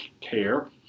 care